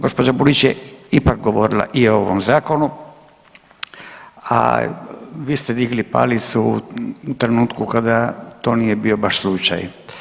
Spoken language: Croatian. Gospođa Burić je ipak govorila i o ovom zakonu, a vi ste digli palicu u trenutku kada to nije bio baš slučaj.